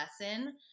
lesson